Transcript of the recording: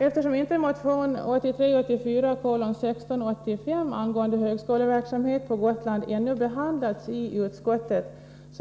Eftersom motion 1983/84:1685 angående högskoleverksamhet på Gotland ännu inte behandlats i utskottet,